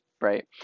right